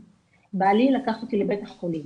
בעלי לקח אותי לבית החולים